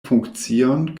funkcion